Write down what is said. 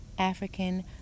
African